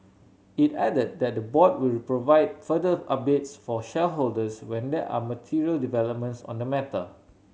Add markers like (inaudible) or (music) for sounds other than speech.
it added that the board will (unintelligible) provide further updates for shareholders when there are material developments on the matter